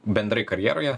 bendrai karjeroje